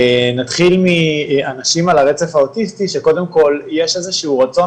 נתחיל מאנשים על הרצף האוטיסטי שקודם כל יש איזה שהוא רצון